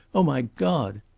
oh, my god!